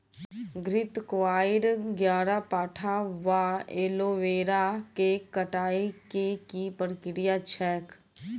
घृतक्वाइर, ग्यारपाठा वा एलोवेरा केँ कटाई केँ की प्रक्रिया छैक?